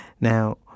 Now